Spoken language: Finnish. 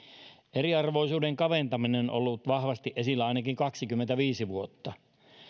eriarvoisuuden kaventaminen on ollut vahvasti esillä ainakin kaksikymmentäviisi vuotta mutta